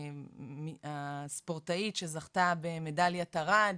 הספורטאית שזכתה במדליית ארד,